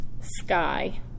sky